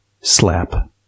slap